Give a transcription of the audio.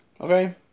Okay